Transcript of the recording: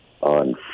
on